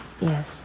Yes